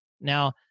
Now